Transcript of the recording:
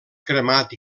cremat